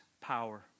power